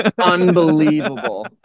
Unbelievable